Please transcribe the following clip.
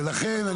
כן.